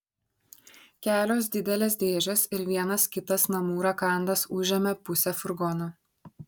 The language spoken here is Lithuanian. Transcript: kelios didelės dėžės ir vienas kitas namų rakandas užėmė pusę furgono